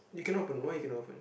you cannot open why you cannot open